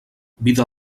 vida